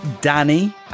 Danny